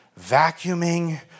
vacuuming